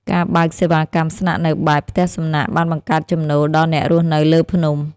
ការបើកសេវាកម្មស្នាក់នៅបែប ផ្ទះសំណាក់ បានបង្កើតចំណូលដល់អ្នករស់នៅលើភ្នំ។